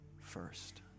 first